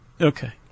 Okay